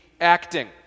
acting